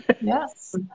Yes